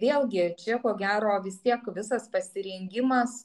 vėlgi čia ko gero vis tiek visas pasirengimas